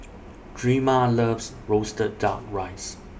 Drema loves Roasted Duck Rice